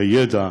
על הידע,